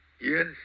Yes